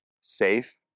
safe